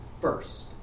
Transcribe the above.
first